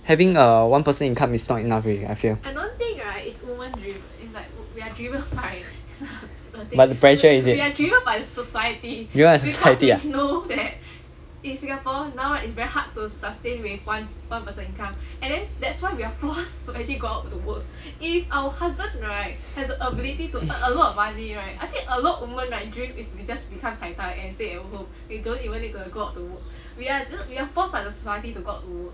having a one person income is not enough already I feel by the pressure is it driven by society ah the work we are we are forced by the society to got to work